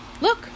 Look